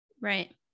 right